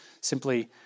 simply